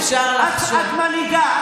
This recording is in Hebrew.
את אחת מנהיגה,